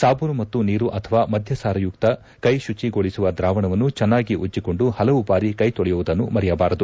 ಸಾಬೂನು ಮತ್ತು ನೀರು ಅಥವಾ ಮದ್ಧಸಾರಯುಕ್ತ ಕೈಶುಚಿಗೊಳಿಸುವ ದ್ರಾವಣವನ್ನು ಚೆನ್ನಾಗಿ ಉಜ್ಜಿಕೊಂಡು ಹಲವು ಬಾರಿ ಕೈ ತೊಳೆಯುವುದನ್ನು ಮರೆಯಬಾರದು